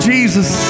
Jesus